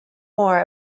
more